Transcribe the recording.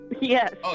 Yes